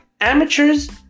amateurs